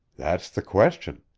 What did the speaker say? that's the question.